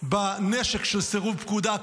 בנשק של סירוב פקודה,